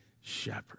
shepherd